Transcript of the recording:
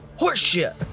Horseshit